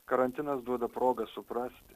karantinas duoda progą suprasti